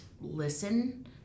listen